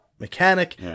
mechanic